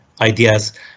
ideas